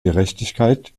gerechtigkeit